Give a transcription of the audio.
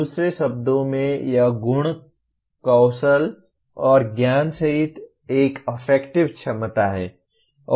दूसरे शब्दों में यह गुण कौशल और ज्ञान सहित एक अफेक्टिव क्षमता है